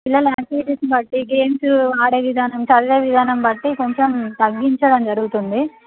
పిల్లల యాక్టివిటీస్ని బట్టి గేమ్స్ ఆడే విధానం చదివే విధానం బట్టి కొంచెం తగ్గించడం జరుగుతుంది